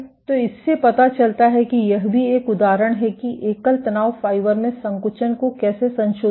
तो इससे पता चलता है कि यह भी एक उदाहरण है कि एकल तनाव फाइबर में संकुचन को कैसे संशोधित किया जा रहा है